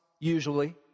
usually